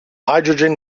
hydrogen